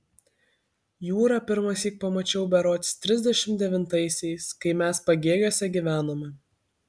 jūrą pirmąsyk pamačiau berods trisdešimt devintaisiais kai mes pagėgiuose gyvenome